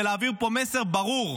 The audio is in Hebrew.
ולהעביר פה מסר ברור: